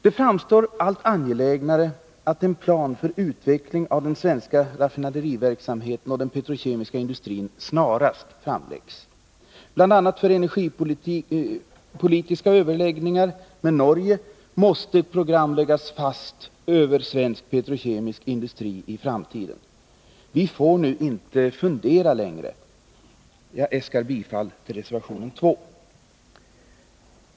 Det framstår som allt angelägnare att en plan för utveckling av den svenska raffinaderiverksamheten och den petrokemiska industrin snarast framläggs. Bl. a. för att underlätta energipolitiska överläggningar med Norge måste ett program läggas fast för svensk petrokemisk industri i framtiden. Vi får inte fundera längre. Jag yrkar bifall till reservation 2.